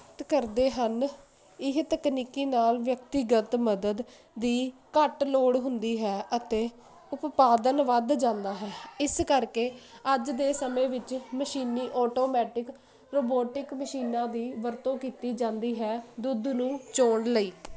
ਕਰਦੇ ਹਨ ਇਹ ਤਕਨੀਕੀ ਨਾਲ ਵਿਅਕਤੀਗਤ ਮਦਦ ਦੀ ਘੱਟ ਲੋੜ ਹੁੰਦੀ ਹੈ ਅਤੇ ਉਪਾਦਨ ਵੱਧ ਜਾਂਦਾ ਹੈ ਇਸ ਕਰਕੇ ਅੱਜ ਦੇ ਸਮੇਂ ਵਿੱਚ ਮਸ਼ੀਨੀ ਆਟੋਮੈਟਿਕ ਰੋਬੋਟਿਕ ਮਸ਼ੀਨਾਂ ਦੀ ਵਰਤੋਂ ਕੀਤੀ ਜਾਂਦੀ ਹੈ ਦੁੱਧ ਨੂੰ ਚੋਣ ਲਈ